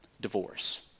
divorce